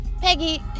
Peggy